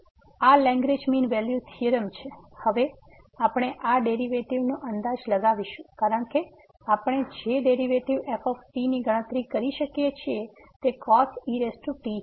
તેથી આ Lagrange mean value theorem છે હવે આપણે આ ડેરિવેટિવ નો અંદાજ લગાવીશું કારણ કે આપણે જે ડેરિવેટિવ f ની ગણતરી કરી શકીએ છીએ તે cos et છે